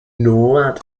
nomad